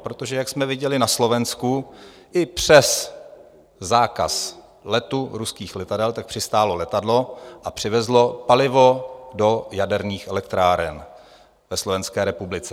Protože jak jsme viděli na Slovensku, i přes zákaz letů ruských letadel přistálo letadlo a přivezlo palivo do jaderných elektráren ve Slovenské republice.